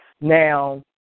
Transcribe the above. Now